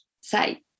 say